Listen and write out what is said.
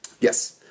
Yes